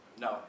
no